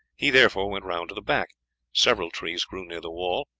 he, therefore, went round to the back several trees grew near the wall,